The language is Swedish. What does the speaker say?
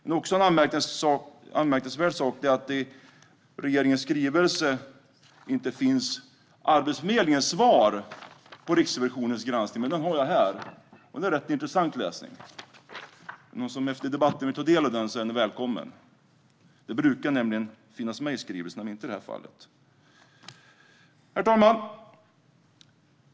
En annan anmärkningsvärd sak är att Arbetsförmedlingens svar på Riksrevisionens granskning inte finns med i regeringens skrivelse. Jag har svaret här, och det är rätt intressant läsning. Om någon vill ta del av det efter debatten är ni välkomna. Svar brukar finnas med i skrivelserna, men inte i det här fallet. Herr talman!